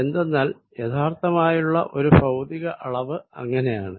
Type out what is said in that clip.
എന്തെന്നാൽ യാഥാർത്ഥമായുള്ള ഒരു ഭൌതിക അളവ് അങ്ങിനെയാണ്